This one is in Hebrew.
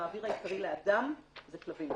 המעביר העיקרי לאדם זה כלבים,